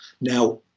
now